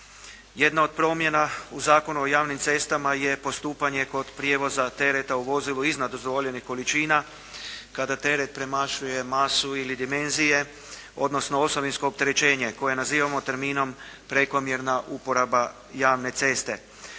Jedna od promjena u Zakonu o javnim cestama je postupanje kod prijevoza tereta u vozilu iznad dozvoljenih količina kada teret premašuje masu ili dimenzije, odnosno osovinsko opterećenje koje nazivamo terminom prekomjerna uporaba javne ceste.